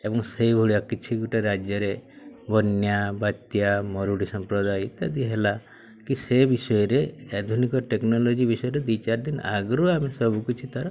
ଏବଂ ସେହିଭଳିଆ କିଛି ଗୋଟିଏ ରାଜ୍ୟରେ ବନ୍ୟା ବାତ୍ୟା ମରୁଡ଼ି ସମ୍ପ୍ରଦାୟ ଇତ୍ୟାଦି ହେଲା କି ସେ ବିଷୟରେ ଆଧୁନିକ ଟେକ୍ନୋଲୋଜି ବିଷୟରେ ଦୁଇ ଚାରି ଦିନ ଆଗରୁ ଆମେ ସବୁକିଛି ତାର